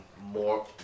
more